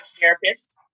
therapist